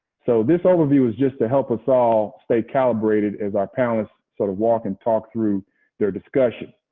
so this overview is just to help us all stay calibrated as our panelists sort of walk and talk through their discussion.